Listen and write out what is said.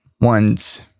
One's